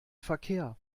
verkehr